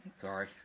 Sorry